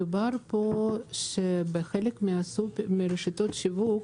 מדובר פה על זה שלחלק מרשתות השיווק